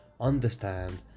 understand